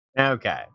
Okay